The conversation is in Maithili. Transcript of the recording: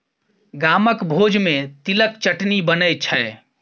गामक भोज मे तिलक चटनी बनै छै